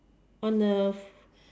on the